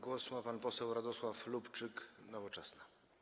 Głos ma pan poseł Radosław Lubczyk, Nowoczesna.